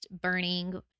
burning